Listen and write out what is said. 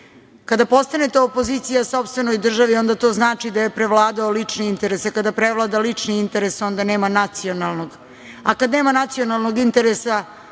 kada postanete opozicija sopstvenoj državi, onda to znači da je prevladao lični interes. Kada prevlada lični interes, onda nema nacionalnog. Kada nema nacionalnog interesa,